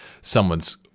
someone's